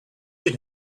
get